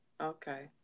okay